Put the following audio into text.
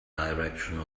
direction